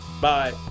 bye